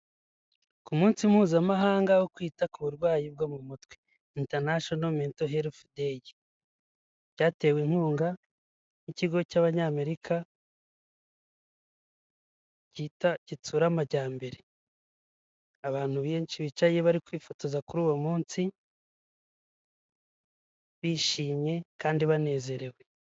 Ku munsi mpuzamahanga wo kwita ku burwayi bwo mu mutwe: tanashino meto herifu deyi. Byatewe inkunga n'ikigo cy'abanyamerika kita; gitsura amajyambere, abantu benshi bicaye bari kwifotoza kuri uwo munsi, bishimye kandi banezerewe.